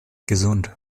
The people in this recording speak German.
gesund